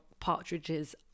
Partridge's